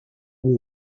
war